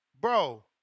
Bro